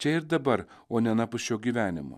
čia ir dabar o ne anapus šio gyvenimo